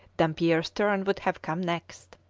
dampier's turn would have come next.